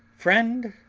friend,